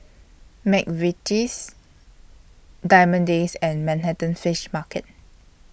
Mcvitie's Diamond Days and Manhattan Fish Market